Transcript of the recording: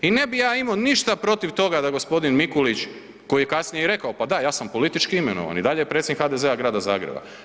I ne bih ja imao ništa protiv toga da g. Mikulić koji je kasnije i rekao, pa da, ja sam politički imenovan i dalje je predsjednik HDZ-a grada Zagreba.